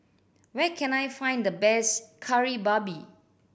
where can I find the best Kari Babi